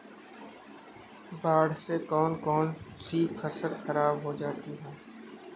बाढ़ से कौन कौन सी फसल खराब हो जाती है?